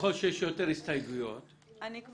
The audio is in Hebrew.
ככל שיש יותר הסתייגויות --- לא,